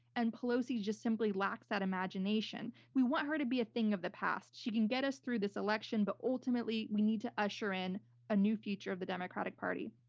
and pelosi just simply lacks that imagination. we want her to be a thing of the past. she can get us through this election, but ultimately we need to usher in a new future of the democratic party.